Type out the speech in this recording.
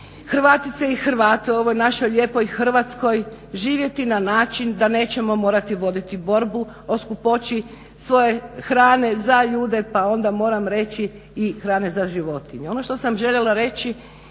Hrvatice i Hrvati u ovoj našoj lijepoj Hrvatskoj živjeti na način da nećemo morati voditi borbu o skupoći svoje hrane za ljude pa onda moram reći i hrane za životinje. Ono što sam željela reći